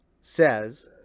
says